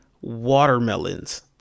watermelons